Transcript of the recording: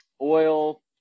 oil